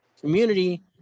community